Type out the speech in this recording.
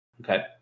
Okay